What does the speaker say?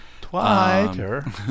Twitter